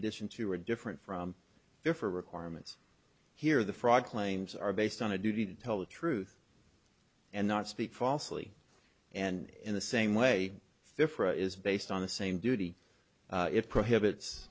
addition to or different from different requirements here the fraud claims are based on a duty to tell the truth and not speak falsely and in the same way fear for a is based on the same duty it prohibits